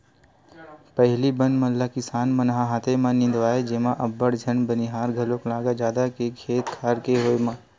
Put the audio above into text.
पहिली बन मन ल किसान मन ह हाथे म निंदवाए जेमा अब्बड़ झन बनिहार घलोक लागय जादा के खेत खार के होय म